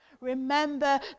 remember